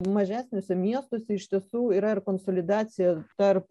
mažesniuose miestuose iš tiesų yra ir konsolidacija tarp